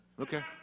Okay